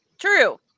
True